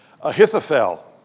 Ahithophel